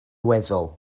weddol